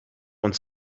und